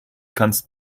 kannst